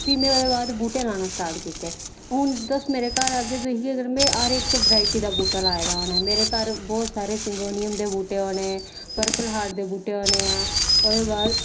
फ्ही में ओह्दे बाद बूह्टे लाना स्टार्ट कीते हून तुस मेरे घर आह्गे ते दिक्खगे तुस में हर वैरायटी दा बूह्टा लाए दा होना ऐ मेरे घर बोह्त सारे सिंगोनियम दे बूह्टे होने पड़ पलाहार दे बूह्टे होने ऐं ओह्दे बाद